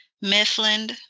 Mifflin